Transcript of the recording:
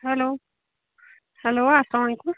hello hello اَلسَلام علیکُم